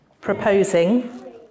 proposing